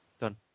Done